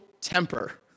temper